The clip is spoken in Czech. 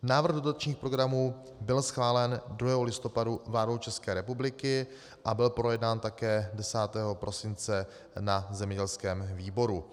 Návrh dotačních programů byl schválen 2. listopadu vládou České republiky a byl projednán také 10. prosince na zemědělském výboru.